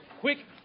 quick